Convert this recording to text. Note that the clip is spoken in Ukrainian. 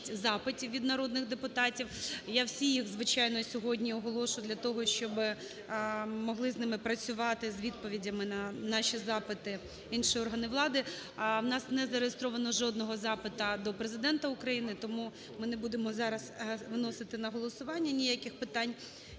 запитів від народних депутатів. Я всі їх, звичайно, сьогодні оголошу для того, щоби могли з ними працювати, з відповідями на наші запити інші органи влади. У нас не зареєстровано жодного запита до Президента України, тому ми не будемо зараз виносити на голосування ніяких питань.